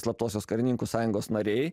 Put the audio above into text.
slaptosios karininkų sąjungos nariai